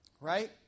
Right